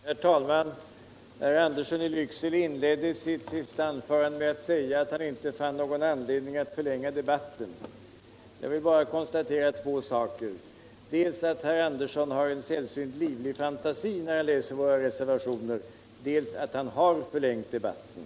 Herr talman! Herr Andersson i Lycksele inledde sitt senaste anförande med att säga att han inte fann någon anledning att förlänga debatten. Jag vill bara konstatera två saker: dels att herr Andersson har en sällsynt livlig fantasi när han läser våra reservationer, dels att han har förlängt debatten.